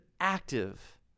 active